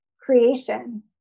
creation